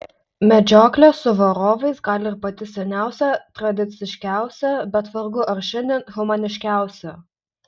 medžioklė su varovais gal ir pati seniausia tradiciškiausia bet vargu ar šiandien humaniškiausia